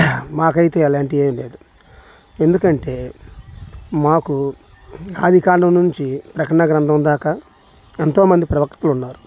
మాకైతే అలాంటివి ఏం లేదు ఎందుకంటే మాకు ఆదికాండం నుంచి ప్రకటన గ్రంథం దాకా ఎంతో మంది ప్రవక్తలు ఉన్నారు